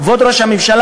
כבוד ראש הממשלה,